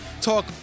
talk